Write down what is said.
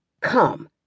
come